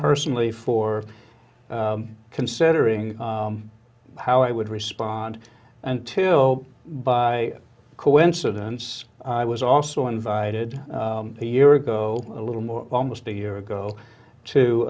personally for considering how i would respond until by coincidence i was also invited a year ago a little more almost a year ago to